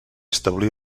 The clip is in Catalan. establí